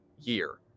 year